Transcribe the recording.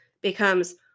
becomes